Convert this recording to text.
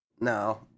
no